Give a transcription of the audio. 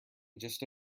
just